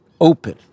open